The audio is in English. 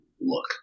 look